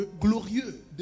glorieux